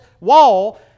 wall